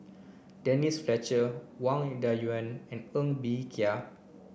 Denise Fletcher Wang Dayuan and Ng Bee Kia